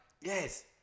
yes